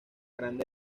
grande